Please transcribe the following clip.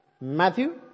Matthew